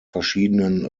verschiedenen